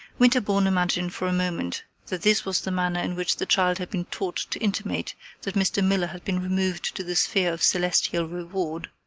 winterbourne imagined for a moment that this was the manner in which the child had been taught to intimate that mr. miller had been removed to the sphere of celestial reward.